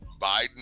biden